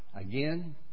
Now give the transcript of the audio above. Again